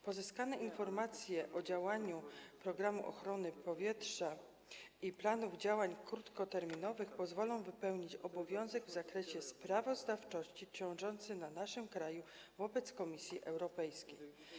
Pozyskane informacje o działaniu programu ochrony powietrza i planów działań krótkoterminowych pozwolą wypełnić obowiązek w zakresie sprawozdawczości ciążący na naszym kraju wobec Komisji Europejskiej.